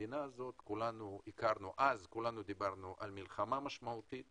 במדינה הזאת, כולנו דברנו אז על מלחמה משמעותית